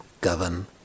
govern